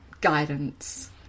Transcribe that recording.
guidance